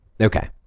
Okay